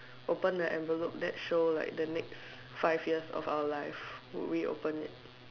open the envelope that show like the next five years of our life would we open it